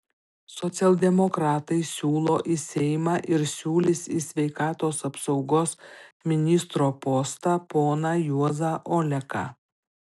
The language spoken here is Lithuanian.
socialdemokratai siūlo į seimą ir siūlys į sveikatos apsaugos ministro postą poną juozą oleką